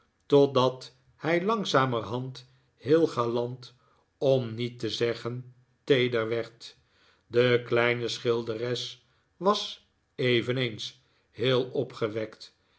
totdat hij langzamerhand heel galant om niet te zeggen feeder werd de kleine schilderes was eveneens heel opgewekt